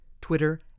Twitter